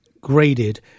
graded